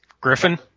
Griffin